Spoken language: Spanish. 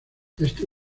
este